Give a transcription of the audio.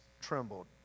trembled